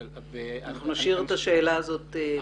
אנחנו נשאיר את השאלה הזו פתוחה.